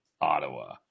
Ottawa